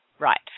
Right